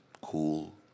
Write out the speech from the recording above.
cool